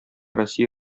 россия